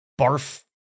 Barf